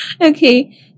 Okay